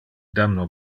damno